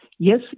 Yes